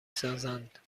سازند